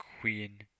queen